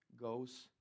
goes